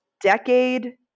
decade